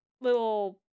little